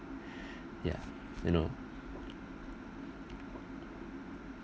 ya you know